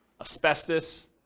asbestos